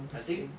I think